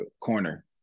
corner